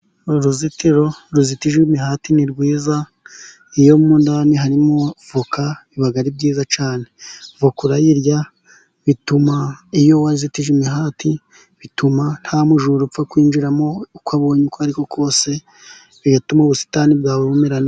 Uru ruzitiro ruzitijwe imihati ni rwiza, iyo mundani harimo avoka biba ari byiza cyane, avoka urayirya, iyo wazitije imihati bituma nta mujura upfa kwinjiramo uko abonye uko ari kose bigatuma ubusitani bwawe bumera neza.